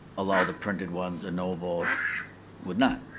allow the printed one, a no vote would not.